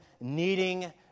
needing